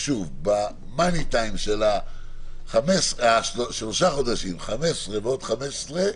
בזמן אמת של השלושה חודשים, 15 ימים ועוד 15 ימים,